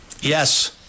Yes